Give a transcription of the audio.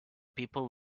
people